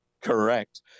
Correct